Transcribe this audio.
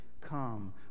come